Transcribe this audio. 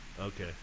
Okay